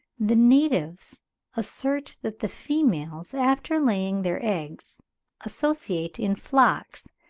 the natives assert that the females after laying their eggs associate in flocks,